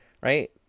right